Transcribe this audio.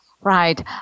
Right